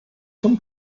zum